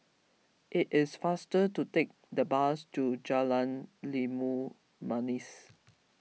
it is faster to take the bus to Jalan Limau Manis